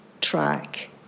track